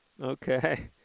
okay